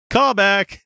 Callback